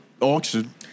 auction